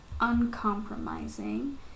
uncompromising